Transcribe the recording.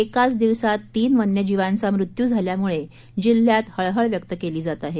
एकाच दिवसात तीन वन्यजीवांचा मृत्यू झाल्यामुळे जिल्ह्यात हळहळ व्यक्त केली जात आहे